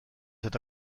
eta